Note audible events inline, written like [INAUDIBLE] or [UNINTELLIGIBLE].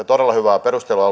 [UNINTELLIGIBLE] todella hyvää perustelua [UNINTELLIGIBLE]